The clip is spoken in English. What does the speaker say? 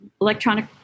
Electronic